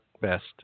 best